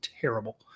terrible